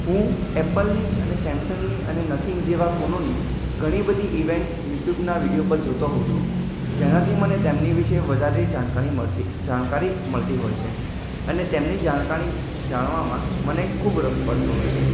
હું એપલની અને સેમસંગની અને નથીંગ જેવા ફોનની ઘણી બધી ઇવેન્ટસ યૂટ્યુબના વિડિયો પર જોતો હોઉં છું જેનાથી મને તેમની વિશે વધારે જાણકારી મળતી જાણકારી મળતી હોય છે અને તેમની જાણકારી જાણવામાં મને ખૂબ રસ પડતો હોય છે